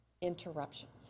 interruptions